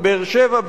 ובבאר-שבע,